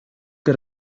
que